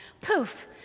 Poof